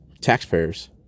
taxpayers